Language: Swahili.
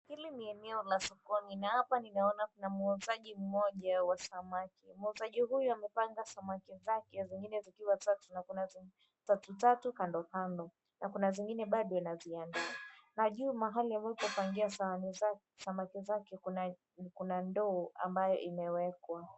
Hili ni eneo la sokoni, na hapa ninaona kuna muuzaji mmoja wa samaki. Muuzaji huyu amepanga samaki zake zingine zikiwa tatu, na kuna tatu tatu kando kando, na kuna zingine bado inaziandaa. Na juu mahali ambapo amepangia samaki zake, kuna ndoo ambayo imewekwa.